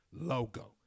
logo